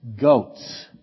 goats